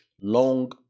long